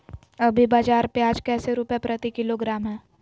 अभी बाजार प्याज कैसे रुपए प्रति किलोग्राम है?